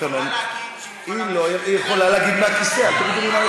התקנון, לא, היא יכולה להגיד שהיא מוכנה, היא לא.